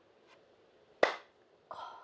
call